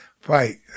fight